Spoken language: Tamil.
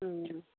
ம் ம்